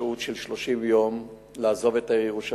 שהות של 30 יום לעזוב את ירושלים,